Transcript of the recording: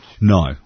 No